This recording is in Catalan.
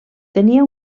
tenia